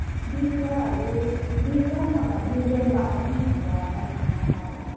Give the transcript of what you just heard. बिरुवाहरू बिरुवा नभए बिजन भए पनि हुन्छ तपाईँकोमा छ होला